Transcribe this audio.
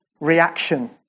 reaction